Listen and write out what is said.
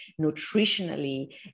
nutritionally